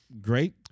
great